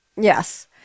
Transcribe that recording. Yes